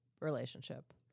relationship